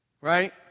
right